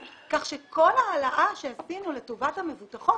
כך שכל העלאה שעשינו לטובת המבוטחות,